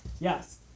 yes